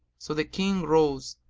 so the king rose,